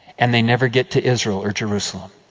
and they never get to israel, or jerusalem.